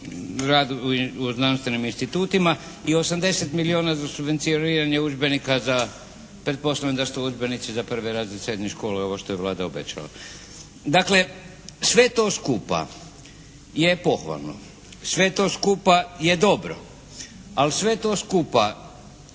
rad u znanstvenim institutima i 80 milijuna za subvencioniranje udžbenika za, pretpostavljam da su to udžbenici za prve razrede srednje škole ovo što je Vlada obećala. Dakle, sve to skupa je pohvalno, sve to skupa je dobro ali sve to skupa